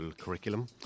curriculum